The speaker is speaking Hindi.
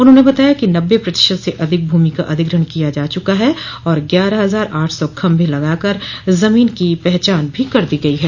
उन्होने बताया कि नब्बे प्रतिशत से अधिक भूमि का अधिग्रहण किया जा चुका है और ग्यारह हजार आठ सौ खम्भे लगाकर जमीन की पहचान भी कर दी गई है